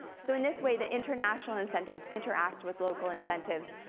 so in this way, the international incentives interact with local incentives,